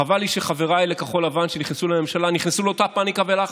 חבל לי שחבריי לכחול לבן שנכנסו לממשלה נכנסו לאותם פניקה ולחץ.